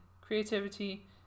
creativity